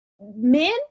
Men